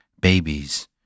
babies